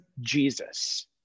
Jesus